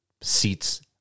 seats